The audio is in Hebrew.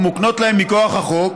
המוקנות להם מכוח החוק,